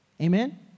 Amen